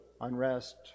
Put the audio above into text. unrest